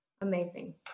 Amazing